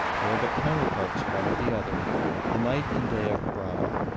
they are but counterparts one of the other the night and day of brahma.